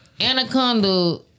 Anaconda